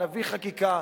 נביא חקיקה.